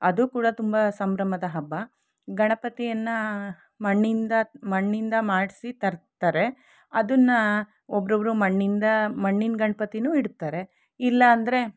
ಅದು ಕೂಡ ತುಂಬ ಸಂಭ್ರಮದ ಹಬ್ಬ ಗಣಪತಿಯನ್ನು ಮಣ್ಣಿಂದ ಮಣ್ಣಿಂದ ಮಾಡಿಸಿ ತರ್ತಾರೆ ಅದನ್ನು ಒಬ್ರೊಬ್ರು ಮಣ್ಣಿಂದ ಮಣ್ಣಿನ ಗಣಪತಿನೂ ಇಡ್ತಾರೆ ಇಲ್ಲಾಂದ್ರೆ